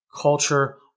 culture